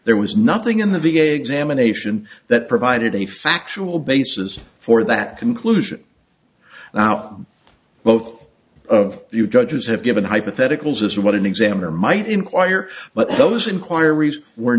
there was nothing in the v a examination that provided any factual basis for that conclusion now both of the judges have given hypotheticals as what an examiner might inquire but those inquiries were